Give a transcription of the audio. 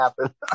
happen